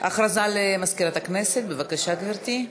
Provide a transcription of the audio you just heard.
הודעה למזכירת הכנסת, בבקשה, גברתי.